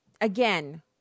again